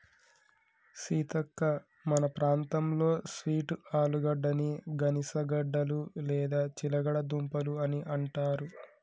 సీతక్క మన ప్రాంతంలో స్వీట్ ఆలుగడ్డని గనిసగడ్డలు లేదా చిలగడ దుంపలు అని అంటారు